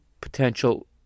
potential